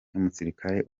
y’umusirikare